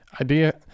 idea